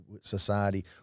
society